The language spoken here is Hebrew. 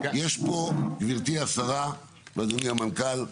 יש פה, גברתי השרה ואדוני המנכ"ל,